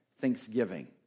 thanksgiving